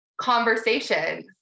conversations